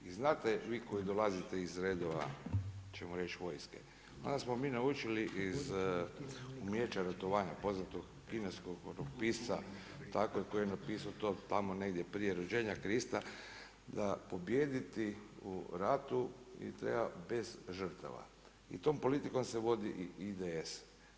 I znate vi koji dolazite iz redova ćemo reći vojske, onda smo mi naučili iz umijeća ratovanja poznatog kineskog pisca … koji je napisao to tamo negdje prije rođenja Krista, da pobijediti u ratu treba bez žrtava i tom politikom se vodi i IDS.